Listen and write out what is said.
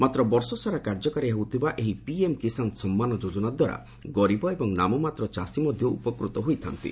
ମାତ୍ର ବର୍ଷସାରା କାର୍ଯ୍ୟକାରୀ ହେଉଥିବା ଏହି ପିଏମ୍ କିଷାନ ସମ୍ମାନ ଯୋଜନା ଦ୍ୱାରା ଗରିବ ଏବଂ ନାମମାତ୍ର ଚାଷୀ ମଧ୍ୟ ଉପକୃତ ହୋଇଥା'ନ୍ତି